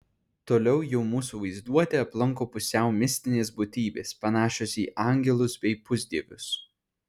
toliau jau mūsų vaizduotę aplanko pusiau mistinės būtybės panašios į angelus bei pusdievius